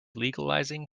legalizing